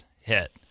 hit